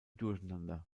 durcheinander